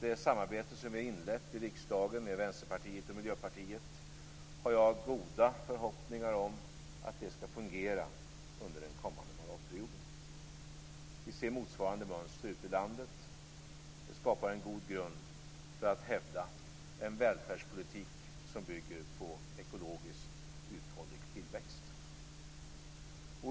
Det samarbete i riksdagen som vi har inlett med Vänsterpartiet och Miljöpartiet har jag goda förhoppningar om skall fungera under den kommande mandatperioden. Vi ser motsvarande mönster ute i landet. Det skapar en god grund för att hävda en välfärdspolitik som bygger på en ekologiskt uthållig tillväxt.